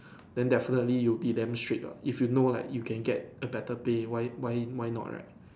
then definitely you will be damn strict lah if you know like you can get a better pay why why why not right